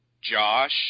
Josh